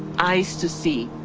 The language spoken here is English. eyes to see.